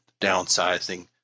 downsizing